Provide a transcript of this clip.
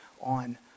on